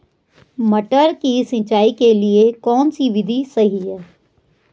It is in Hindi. मटर की सिंचाई के लिए कौन सी विधि सही है?